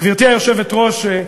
גברתי היושבת-ראש,